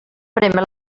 prémer